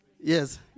Yes